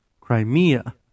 Crimea